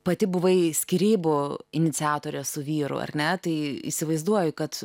pati buvai skyrybų iniciatorė su vyru ar ne tai įsivaizduoju kad